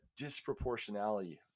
disproportionality